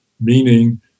meaning